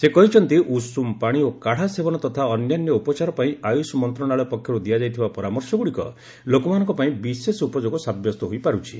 ସେ କହିଛନ୍ତି ଉଷ୍ତମ ପାଣି ଓ କାଢ଼ା ସେବନ ତଥା ଅନ୍ୟାନ୍ୟ ଉପଚାର ପାଇଁ ଆୟୁଷ୍ ମନ୍ତ୍ରଣାଳୟ ପକ୍ଷର୍ ଦିଆଯାଇଥିବା ପରାମର୍ଶଗ୍ରଡ଼ିକ ଲୋକମାନଙ୍କ ପାଇଁ ବିଶେଷ ଉପଯୋଗ ସାବ୍ୟସ୍ତ ହୋଇପାରୁଛି